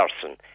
person